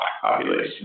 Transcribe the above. population